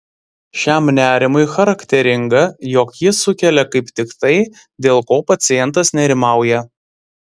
šiam nerimui charakteringa jog jis sukelia kaip tik tai dėl ko pacientas nerimauja